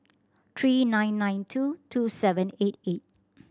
three nine nine two two seven eight eight